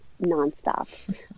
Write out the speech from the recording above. nonstop